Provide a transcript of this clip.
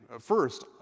First